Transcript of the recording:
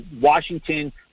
Washington –